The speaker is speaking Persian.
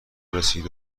رسید